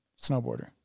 snowboarder